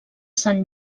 sant